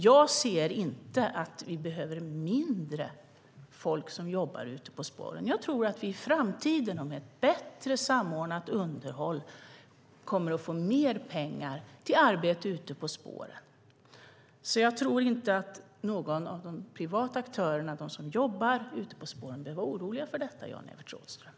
Jag ser inte att vi behöver färre personer som jobbar ute på spåren. Jag tror att vi i framtiden och med bättre samordnat underhåll kommer att få mer pengar till arbete ute på spåren. Jag tror inte att någon av de privata aktörerna, de som jobbar ute på spåren, behöver vara oroliga för detta, Jan-Evert Rådhström.